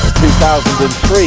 2003